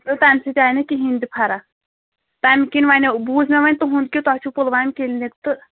تہٕ تَمہِ سۭتۍ آیہِ نہٕ کِہیٖنۍ تہِ فرق تَمہِ کِنۍ وَنیو بوٗز مےٚ وۄنۍ تُہُنٛد کہِ تۄہہِ چھُو پُلوامہِ کِلنِک تہٕ